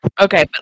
Okay